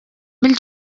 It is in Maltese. mill